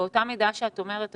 באותה מידה שאת אומרת,